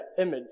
image